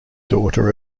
daughter